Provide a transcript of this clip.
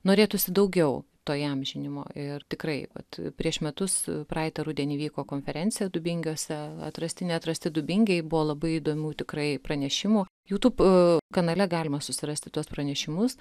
norėtųsi daugiau to įamžinimo ir tikrai vat prieš metus praeitą rudenį vyko konferencija dubingiuose atrasti neatrasti dubingiai buvo labai įdomių tikrai pranešimų jutub kanale galima susirasti tuos pranešimus